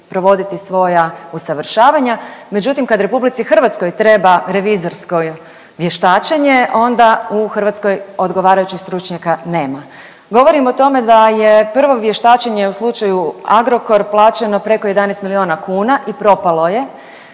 svoja usavršavanja, međutim kad RH treba revizorsko vještačenje, onda u Hrvatskoj odgovarajućih stručnjaka nema. Govorim o tome da je prvo vještačenje u slučaju Agrokor plaćeno preko 11 milijuna kuna i propalo je.